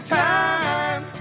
time